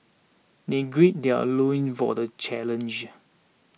they greed their loins for the challenge